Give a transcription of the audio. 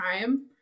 time